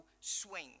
swing